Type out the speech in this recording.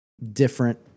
different